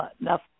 enough